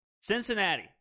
Cincinnati